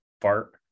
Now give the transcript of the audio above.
fart